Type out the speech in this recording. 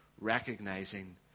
Recognizing